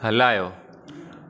हलायो